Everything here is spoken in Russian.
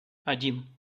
один